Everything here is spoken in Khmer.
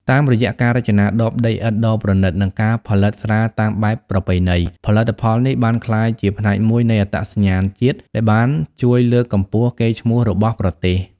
តាមរយៈការរចនាដបដីឥដ្ឋដ៏ប្រណិត និងការផលិតស្រាតាមបែបប្រពៃណី ផលិតផលនេះបានក្លាយជាផ្នែកមួយនៃអត្តសញ្ញាណជាតិ ដែលបានជួយលើកកម្ពស់កេរ្តិ៍ឈ្មោះរបស់ប្រទេស។